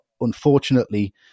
unfortunately